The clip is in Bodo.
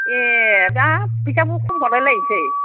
ए बाब फैसाखौ खम हरलायलायसै